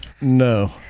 No